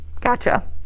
Gotcha